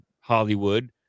Hollywood